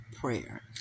prayer